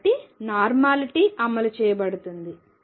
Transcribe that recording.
కాబట్టి నార్మాలిటీ అమలు చేయబడుతుంది